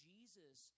Jesus